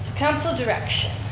council direction.